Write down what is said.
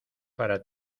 para